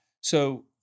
So-